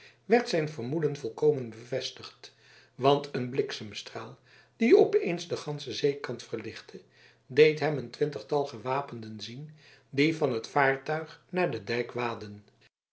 werd zijn vermoeden volkomen bevestigd want een bliksemstraal die opeens den ganschen zeekant verlichtte deed hem een twintigtal gewapenden zien die van het vaartuig naar den dijk waadden